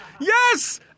Yes